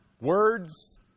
words